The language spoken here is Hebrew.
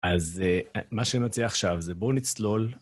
אז מה שנוציא עכשיו זה בואו נצלול.